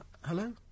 Hello